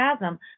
chasm